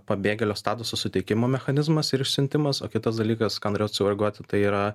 pabėgėlio statuso suteikimo mechanizmas ir išsiuntimas o kitas dalykas ką norėjau cureaguoti tai yra